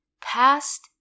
past